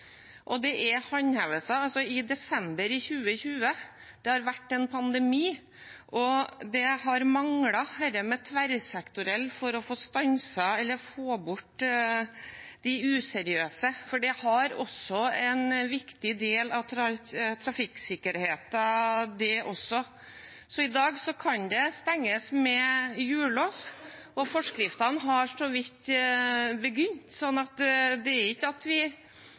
og dette var i desember 2020. Det har vært en pandemi. Det har manglet noe tverrsektorielt når det gjelder å få stanset eller få bort de useriøse, for det er også en viktig del av trafikksikkerheten. I dag kan det stenges med hjullås. Forskriftene har så vidt begynt å virke. Det er ikke slik at vi